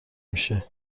میشه